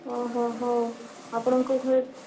ଓହୋ ହଉ ଆପଣଙ୍କ ଘରେ